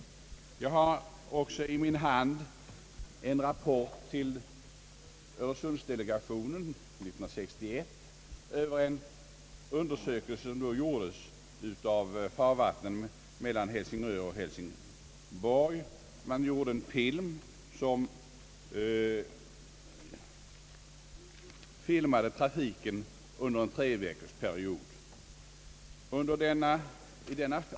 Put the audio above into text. Jag har i min hand även en rapport till Öresundsdelegationen år 1961 över en undersökning som då gjorts av farvattnen mellan Helsingör och Hälsingborg. Man hade filmat trafiken under en treveckorsperiod.